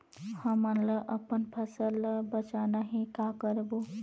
हमन ला अपन फसल ला बचाना हे का करबो?